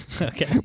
Okay